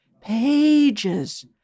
pages